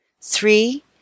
Three